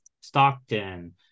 Stockton